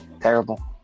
terrible